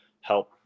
help